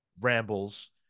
rambles